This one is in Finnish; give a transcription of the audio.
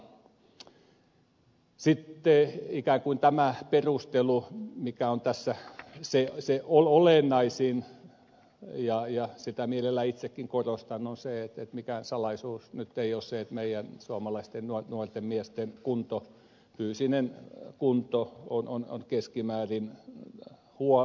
sitten ikään kuin tämä perustelu mikä on tässä se olennaisin ja mitä mielelläni itsekin korostan on se eikä se nyt ole mikään salaisuus että meidän suomalaisten nuorten miesten kunto fyysinen kunto on keskimäärin huonohko